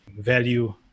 value